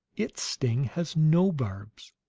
its sting has no barbs!